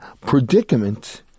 predicament